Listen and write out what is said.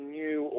new